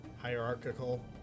hierarchical